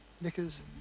knickers